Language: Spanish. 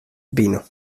vino